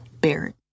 Barrett